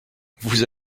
vous